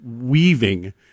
weaving